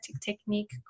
technique